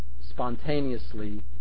spontaneously